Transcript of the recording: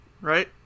right